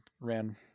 ran